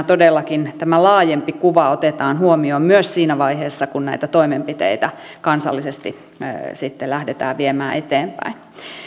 todellakin tämä laajempi kuva otetaan huomioon myös siinä vaiheessa kun näitä toimenpiteitä kansallisesti sitten lähdetään viemään eteenpäin